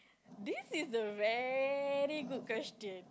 this is a very good question